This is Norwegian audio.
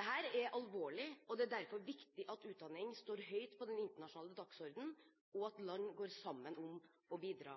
er alvorlig, og det er derfor viktig at utdanning står høyt på den internasjonale dagsordenen, og at land går sammen om å bidra.